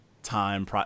time